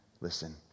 Listen